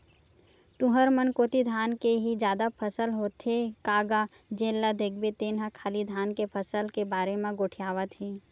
तुंहर मन कोती धान के ही जादा फसल लेथे का गा जेन ल देखबे तेन ह खाली धान के फसल के बारे म गोठियावत हे?